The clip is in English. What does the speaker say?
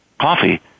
coffee